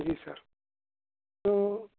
جی sir تو